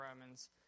Romans